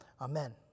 Amen